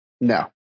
No